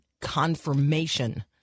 confirmation